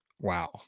wow